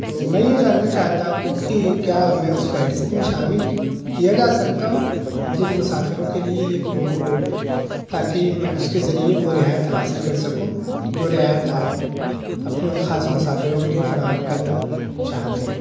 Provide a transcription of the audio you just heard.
تو میں یہ جاننا چاہتا ہوں کہ کیا میں اس فہرست میں شامل کیا جا سکتا ہوں جن مسافروں کے لیے یہ پرومو کوڈ ہے تا کہ میں اس کے ذریعے وہ رعایت حاصل کر سکوں جو رعایت آپ اپنے ان خاص مسافروں کے لیے فراہم کرنا چاہتے ہیں